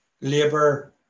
labour